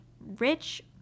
rich